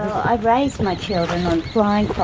i raised my children on flying